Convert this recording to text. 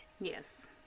Yes